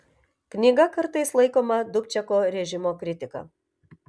knyga kartais laikoma dubčeko režimo kritika